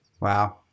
Wow